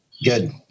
Good